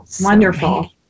wonderful